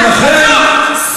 חצוף, חצוף.